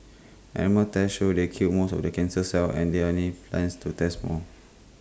animal tests show they killed most of the cancer cells and there are need plans to test more